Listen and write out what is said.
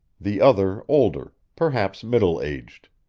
the other older perhaps middle-aged.